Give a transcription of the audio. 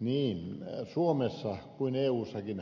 niin suomessa kuin eussakin